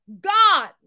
God